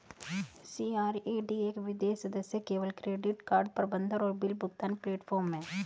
CRED एक विशेष सदस्य केवल क्रेडिट कार्ड प्रबंधन और बिल भुगतान प्लेटफ़ॉर्म है